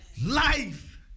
Life